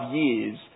years